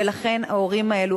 ולכן ההורים האלו,